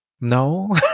No